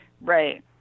Right